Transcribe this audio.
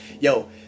Yo